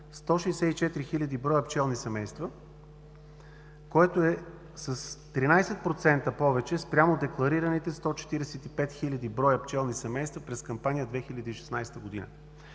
164 хиляди броя пчелни семейства, което е с 13% повече спрямо декларираните 145 хиляди броя пчелни семейства през кампания 2016 г.